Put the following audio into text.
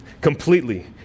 completely